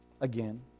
again